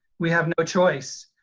we have no choice.